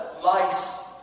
Lice